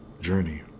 journey